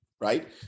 right